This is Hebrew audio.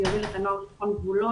זה יוביל את הנוער לבחון גבולות